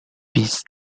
بیست